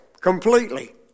completely